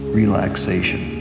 relaxation